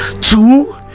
two